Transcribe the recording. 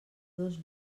dos